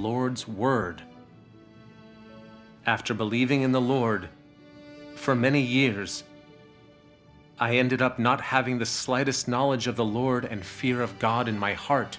lord's word after believing in the lord for many years i ended up not having the slightest knowledge of the lord and fear of god in my heart